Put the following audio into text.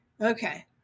Okay